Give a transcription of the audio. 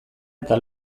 eta